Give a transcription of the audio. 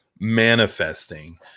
manifesting